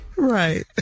Right